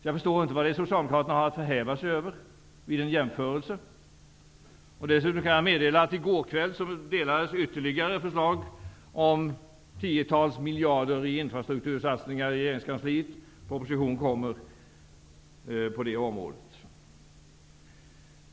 Jag förstår inte vad Socialdemokraterna har att förhäva sig över vid en jämförelse. Jag kan dessutom meddela att i går kväll ytterligare förslag om tiotals miljarder till infrastrukturinvesteringar avlämnades i regeringskansliet. Proposition härom kommer.